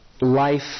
life